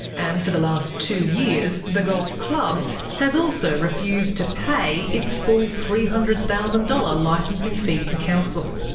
and for the last two years the golf club has also refused to pay its full three hundred thousand dollars licensing fee to council.